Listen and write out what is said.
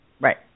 Right